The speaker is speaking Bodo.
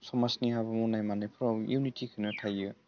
समाजनि हाबा मावनाय मानायफोराव इउनिटिखोनो थायो